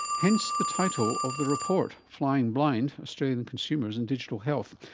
hence the title of the report, flying blind australian consumers and digital health.